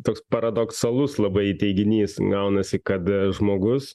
toks paradoksalus labai teiginys gaunasi kad žmogus